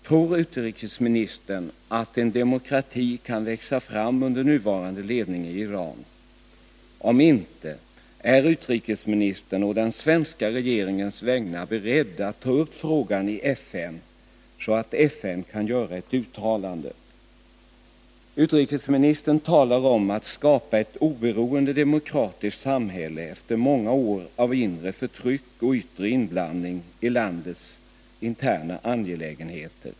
Tror utrikesministern att en demokrati kan växa fram under nuvarande ledning i Iran? Om inte, är utrikesministern å den svenska regeringens vägnar beredd att ta upp frågan i FN, så att FN kan göra ett uttalande? Utrikesministern talar om ”att skapa ett oberoende, demokratiskt samhälle efter många år av inre förtryck och yttre inblandning i landets interna angelägenheter”.